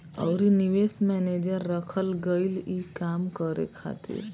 अउरी निवेश मैनेजर रखल गईल ई काम करे खातिर